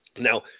Now